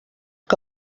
que